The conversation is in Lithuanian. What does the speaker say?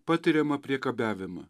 patiriamą priekabiavimą